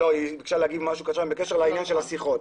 היא ביקשה להגיד משהו קטן בקשר לעניין של השיחות.